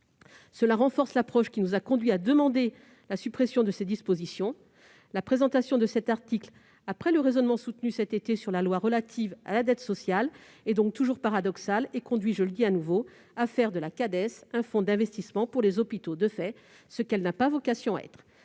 Cela renforce la démarche qui nous a conduits à demander la suppression de ces dispositions. La présentation de cet article après le raisonnement soutenu cet été sur la loi relative à la dette sociale est donc toujours paradoxale et contribue, je le dis de nouveau, à transformer dans les faits la Cades en fonds d'investissement pour les hôpitaux, ce qu'elle n'a pas vocation à être.